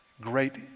Great